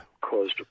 caused